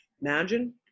Imagine